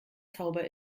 zauber